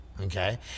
Okay